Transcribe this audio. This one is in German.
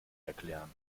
erklären